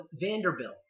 Vanderbilt